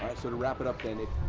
so to wrap it up.